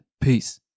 Peace